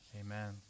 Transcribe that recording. Amen